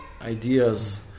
ideas